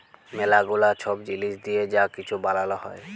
ম্যালা গুলা ছব জিলিস দিঁয়ে যা কিছু বালাল হ্যয়